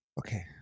Okay